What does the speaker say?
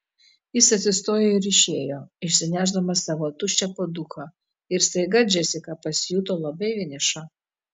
jis atsistojo ir išėjo išsinešdamas savo tuščią puoduką ir staiga džesika pasijuto labai vieniša